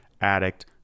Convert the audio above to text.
Addict